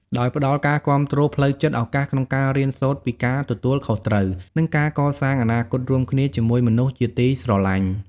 ដោយផ្តល់ការគាំទ្រផ្លូវចិត្ត ឱកាសក្នុងការរៀនសូត្រពីការទទួលខុសត្រូវ និងការកសាងអនាគតរួមគ្នាជាមួយមនុស្សជាទីស្រឡាញ់។